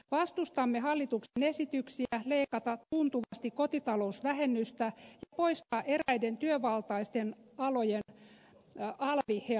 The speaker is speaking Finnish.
vastustamme hallituksen esityksiä leikata tuntuvasti kotitalousvähennystä ja poistaa eräiden työvaltaisten alojen alv helpotus